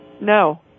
No